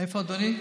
איפה אדוני?